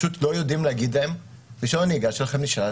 פשוט לא יודעים להגיד להם: רישיון הנהיגה שלכם נשלל,